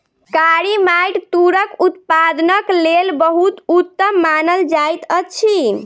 कारी माइट तूरक उत्पादनक लेल बहुत उत्तम मानल जाइत अछि